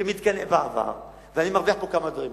במתקני מעבר, ואני מרוויח פה כמה דברים.